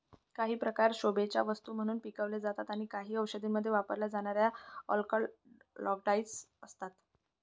काही प्रकार शोभेच्या वस्तू म्हणून पिकवले जातात आणि काही औषधांमध्ये वापरल्या जाणाऱ्या अल्कलॉइड्स असतात